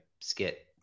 skit